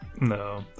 no